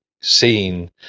seen